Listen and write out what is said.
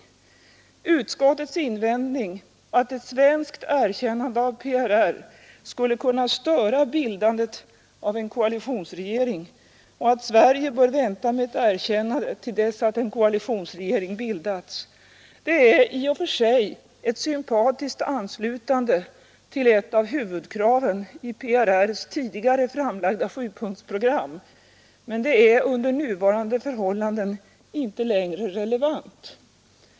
Utskottets invändning att ett svenskt erkännande av PRR skulle kunna störa bildandet av en koalitionsregering och att Sverige bör vänta med ett erkännande till dess att en koalitionsregering bildats, är i och för sig ett sympatiskt anslutande till ett av huvudkraven i PRR:s tidigare framlagda sjupunktsprogram, men det är under nuvarande förhållanden inte längre relevant.